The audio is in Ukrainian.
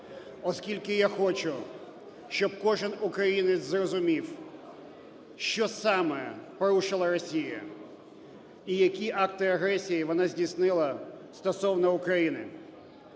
Оскільки я хочу, щоб кожен українець зрозумів, що саме порушила Росія і які акти агресії вона здійснила стосовно України.